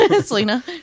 Selena